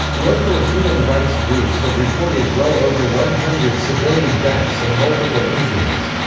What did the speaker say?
local human rights groups have recorded well over one hundred civilian deaths and multiple injuries.